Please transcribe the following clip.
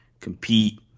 compete